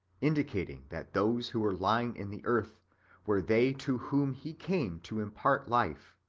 indicating that those who were lying in the earth were they to whom he came to impart life.